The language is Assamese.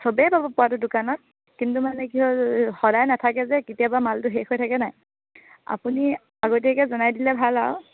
চবেই পাব পোৱাটো দোকানত কিন্তু মানে কি হ'ল সদায় নাথাকে যে কেতিয়াবা মালটো শেষ হৈ থাকে নাই আপুনি আগতীয়াকৈ জনাই দিলে ভাল আৰু